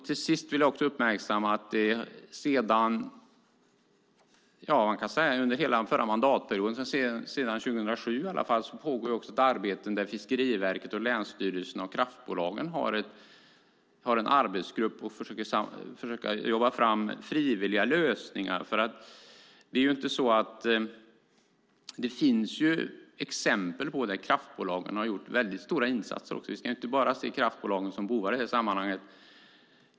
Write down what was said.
Till sist vill jag uppmärksamma att det sedan förra mandatperioden, i alla fall sedan 2007, pågår ett arbete där Fiskeriverket, länsstyrelserna och kraftbolagen har en arbetsgrupp och försöker jobba fram frivilliga lösningar. Det finns exempel där kraftbolagen har gjort väldigt stora insatser. Vi ska inte se kraftbolagen bara som bovar.